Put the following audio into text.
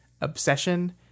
obsession